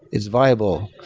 it's viable.